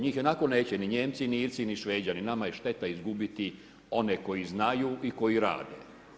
Njih ionako neće ni Nijemci ni Irci ni Sveđani, nama je šteta izgubiti one koji znaju i koji rade.